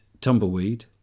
Tumbleweed